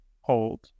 hold